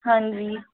हाँ जी